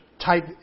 type